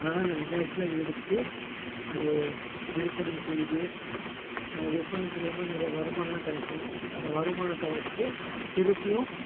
அதனால் அந்த வெங்காயத்தெல்லாம் எடுத்து அது விற்பனை செய்து அதை விற்பனை மூலயமாக நிறைய வருமானம்லாம் கிடைக்கும் அந்த வருமானத்தை வச்சு திருப்பியும்